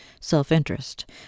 self-interest